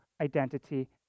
identity